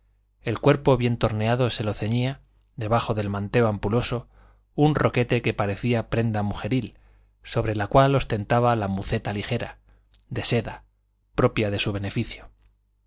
el cuerpo bien torneado se lo ceñía debajo del manteo ampuloso un roquete que parecía prenda mujeril sobre la cual ostentaba la muceta ligera de seda propia de su beneficio